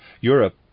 Europe